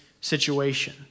situation